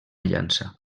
llança